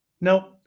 Now